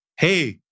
Hey